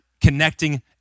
connecting